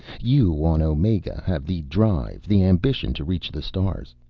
you on omega have the drive, the ambition to reach the stars.